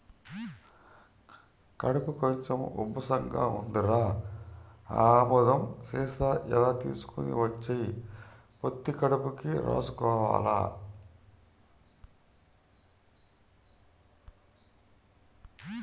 కడుపు కొంచెం ఉబ్బసంగా ఉందిరా, ఆ ఆముదం సీసా ఇలా తీసుకొని వచ్చెయ్, పొత్తి కడుపుకి రాసుకోవాల